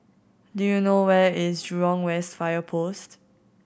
do you know where is Jurong West Fire Post